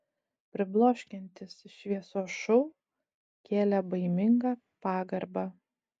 pribloškiantis šviesos šou kėlė baimingą pagarbą